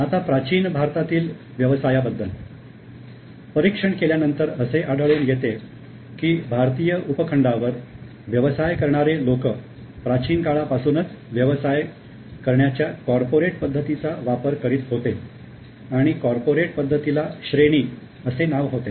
आता प्राचीन भारतातील व्यवसायाबद्दल परीक्षण केल्यानंतर असे आढळून येते की भारतीय उपखंडावर व्यवसाय करणारे लोक प्राचीन काळापासुनच व्यवसाय करण्याच्या कॉर्पोरेट पद्धतीचा वापर करीत होते आणि कॉर्पोरेट पद्धतीला 'श्रेणी' असे नाव होते